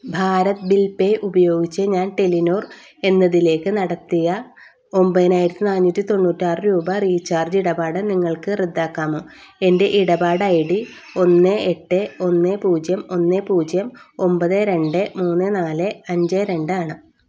Bharat bill pay ഉപയോഗിച്ച് ഞാൻ Telenor എന്നതിലേക്കു നടത്തിയ ഒന്പതിനായിരത്തി നാന്നൂറ്റി തൊണ്ണൂറ്റിയാറ് രൂപ റീചാർജ് ഇടപാട് നിങ്ങൾക്ക് റദ്ദാക്കാമോ എൻ്റെ ഇടപാട് ഐ ഡി ഒന്ന് എട്ട് ഒന്ന് പൂജ്യം ഒന്ന് പൂജ്യം ഒമ്പത് രണ്ട് മൂന്ന് നാല് അഞ്ച് രണ്ടാണ്